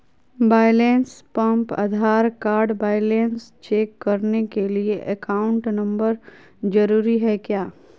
Balance pump Aadhaar card balance check करने के लिए अकाउंट नंबर जरूरी है क्या?